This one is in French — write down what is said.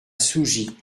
sougy